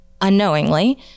unknowingly